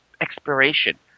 expiration